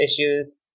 issues